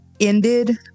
ended